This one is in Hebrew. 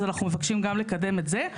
אז אנחנו מבקשים גם לקדם את זה.